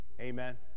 Amen